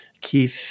Keith